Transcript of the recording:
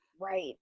right